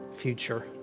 Future